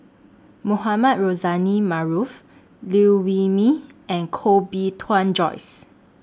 Mohamed Rozani Maarof Liew Wee Mee and Koh Bee Tuan Joyce